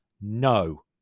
no